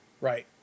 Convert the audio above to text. Right